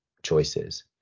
choices